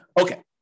Okay